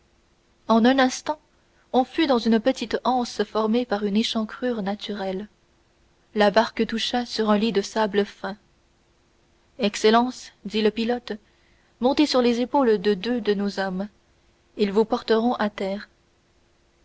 en un instant on fut dans une petite anse formée par une échancrure naturelle la barque toucha sur un fond de sable fin excellence dit le pilote montez sur les épaules de deux de nos hommes ils vous porteront à terre